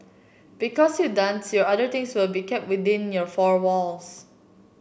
because your dance your other things will be kept within your four walls